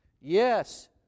Yes